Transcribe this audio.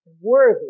Worthy